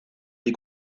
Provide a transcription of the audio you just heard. des